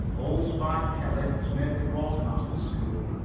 old spike kelly has made the quartermasters school.